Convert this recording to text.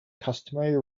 customary